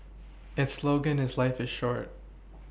its slogan is life is short